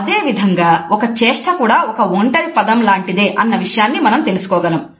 అదే విధంగా ఒక చేష్ట కూడా ఒక ఒంటరి పదం లాంటిదేనన్నా విషయం మనం తెలుసుకోగలము